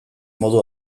modu